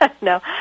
No